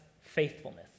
faithfulness